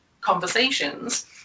conversations